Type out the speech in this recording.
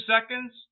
seconds